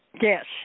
Yes